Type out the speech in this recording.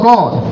God